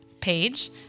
page